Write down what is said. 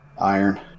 Iron